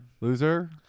loser